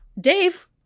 Dave